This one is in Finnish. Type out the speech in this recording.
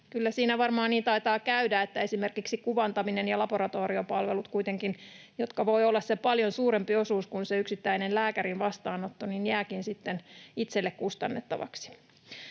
kyllä siinä varmaan niin taitaa käydä, että kuitenkin esimerkiksi kuvantaminen ja laboratoriopalvelut, jotka voivat olla paljon suurempi osuus kuin se yksittäinen lääkärin vastaanotto, jäävätkin sitten itselle kustannettavaksi.